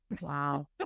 Wow